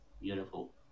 beautiful